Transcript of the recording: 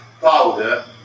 powder